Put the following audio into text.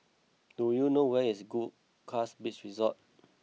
do you know where is Goldkist Beach Resort